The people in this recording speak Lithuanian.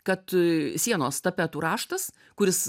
kad a sienos tapetų raštas kuris